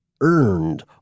earned